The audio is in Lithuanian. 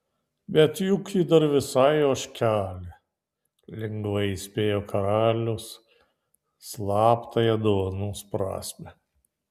bet juk ji dar visai ožkelė lengvai įspėjo karalius slaptąją dovanos prasmę